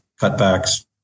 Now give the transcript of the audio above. cutbacks